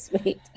sweet